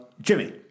Jimmy